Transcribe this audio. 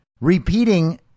repeating